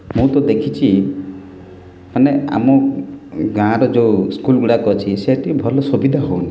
ମୁଁ ତ ଦେଖିଛି ମାନେ ଆମ ଗାଁର ଯେଉଁ ସ୍କୁଲ୍ଗୁଡ଼ାକ ଅଛି ସେଠି ଭଲ ସୁବିଧା ହେଉନି